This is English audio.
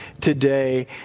today